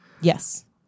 Yes